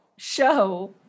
show